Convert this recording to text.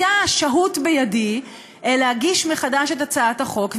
הייתה שהות בידי להגיש מחדש את הצעת החוק,